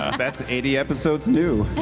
that's eighty episodes new.